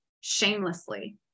shamelessly